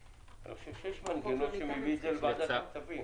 אני חושב שיש מנגנון שמביא את זה לוועדת הכספים.